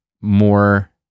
more